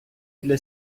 для